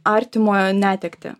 artimojo netektį